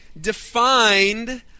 defined